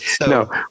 No